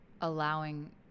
allowing